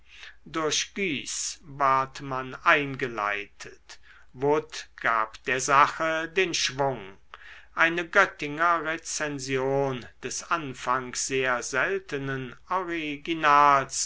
man eingeleitet wood gab der sache den schwung eine göttinger rezension des anfangs sehr seltenen originals